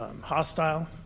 hostile